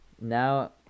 now